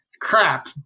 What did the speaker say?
crap